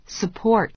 support